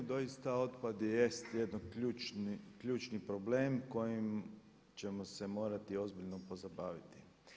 Doista otpad i jest jedan ključni problem koji ćemo se morati ozbiljno pozabaviti.